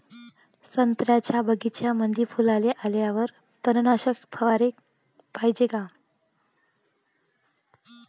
संत्र्याच्या बगीच्यामंदी फुलाले आल्यावर तननाशक फवाराले पायजे का?